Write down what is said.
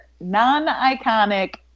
non-iconic